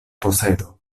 posedo